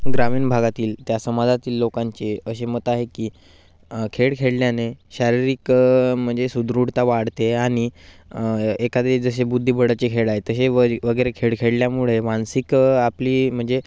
ग्रामीण भागातील त्या समाजातील लोकांचे असे मत आहे की खेळ खेळल्याने शारीरिक म्हणजे सुदृढता वाढते आणि एखादे जसे बुद्धिबळाचे खेळ आहे तसे वगैरे खेळ खेळल्यामुळे मानसिक आपली म्हणजे